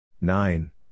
Nine